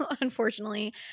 unfortunately